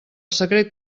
secret